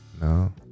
No